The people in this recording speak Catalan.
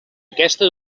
aquesta